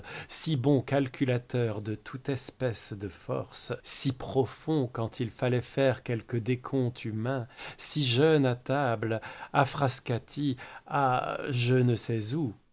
si bon calculateur de toute espèce de force si profond quand il fallait faire quelque décompte humain si jeune à table à frascati à je ne sais où